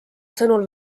sõnul